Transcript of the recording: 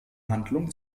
handlung